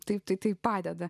taip tai padeda